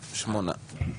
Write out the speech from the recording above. שמונה.